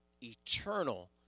eternal